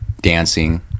dancing